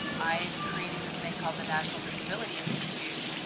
i am creating this thing called the national disability institute,